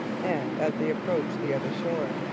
and, as they approached the other shore,